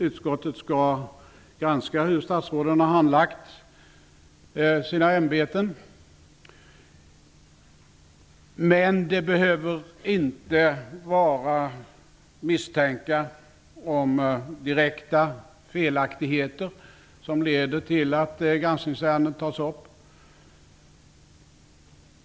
Utskottet skall granska hur statsråden har sköttt sina ämbeten, men det behöver inte vara misstankar om direkta felaktigheter som leder till att ett granskningsärende tas upp.